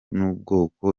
n’ubwoko